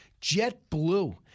JetBlue